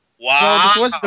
Wow